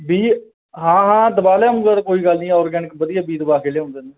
ਬੀਜ ਹਾਂ ਹਾਂ ਦਵਾ ਲਿਆਉਂਗਾ ਉਹ ਤਾਂ ਕੋਈ ਗੱਲ ਨਹੀਂ ਔਰਗੈਨਿਕ ਵਧੀਆ ਬੀਜ ਦਵਾ ਕੇ ਲਿਆਊ ਤੈਨੂੰ